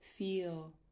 Feel